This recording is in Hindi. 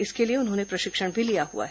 इसके लिए उन्होंने प्रशिक्षण भी लिया हुआ है